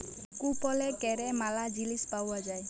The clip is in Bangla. কুপলে ক্যরে ম্যালা জিলিস পাউয়া যায়